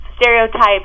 stereotypes